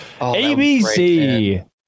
ABC